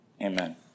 Amen